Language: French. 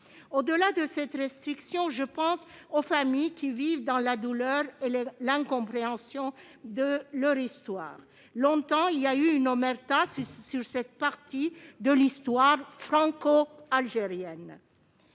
Au-delà de cette restriction, je pense aux familles qui vivent dans la douleur et l'incompréhension de leur propre histoire. Longtemps, il a existé une omerta sur cette partie de l'histoire franco-algérienne.